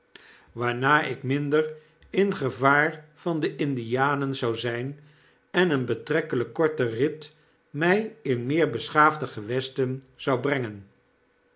waarna ik minder in gevaar van de indianen zou zp en een betrekkelik korte rit mi in meer beschaafde gewestenzou brengen